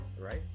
right